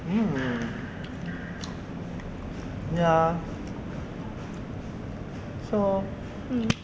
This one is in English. mm ya so